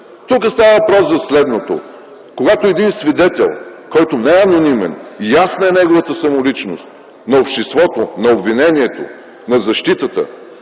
Тук става въпрос за следното: един свидетел, който не е анонимен, ясна е неговата самоличност на обществото, на обвинението, на защитата,